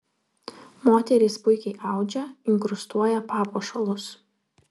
moterys puikiai audžia inkrustuoja papuošalus